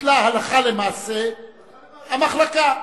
בוטלה הלכה למעשה המחלקה.